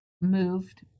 moved